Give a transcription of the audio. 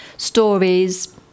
Stories